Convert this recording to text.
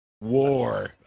War